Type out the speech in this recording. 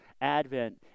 Advent